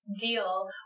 Deal